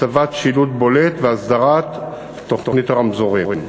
הצבת שילוט בולט והסדרת תוכנית הרמזורים.